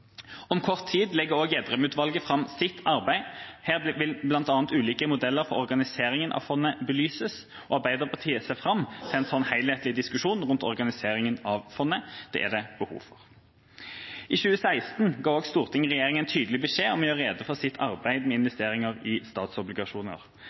Om kort tid legger også Gjedrem-utvalget fram sitt arbeid. Her vil bl.a. ulike modeller for organiseringen av fondet belyses, og Arbeiderpartiet ser fram til en slik helhetlig diskusjon rundt organiseringen av fondet. Det er det behov for. I 2016 ga Stortinget regjeringa også en tydelig beskjed om å gjøre rede for sitt arbeid med